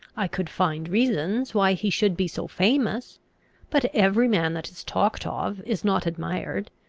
i could find reasons why he should be so famous but every man that is talked of is not admired.